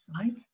right